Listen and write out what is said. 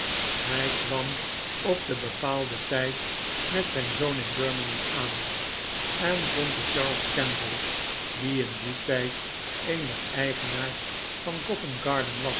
hij kwam op den bepaalden tijd met zijn zoon in birmingham aan en vond er charles kemble die in dien tijd een der eigenaars van